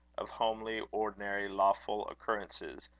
of homely, ordinary, lawful occurrences,